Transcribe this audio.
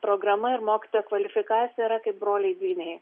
programa ir mokytojo kvalifikacija yra kaip broliai dvyniai